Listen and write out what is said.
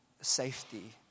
safety